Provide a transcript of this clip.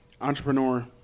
Entrepreneur